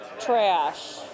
trash